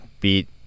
beat